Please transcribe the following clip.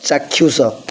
ଚାକ୍ଷୁଷ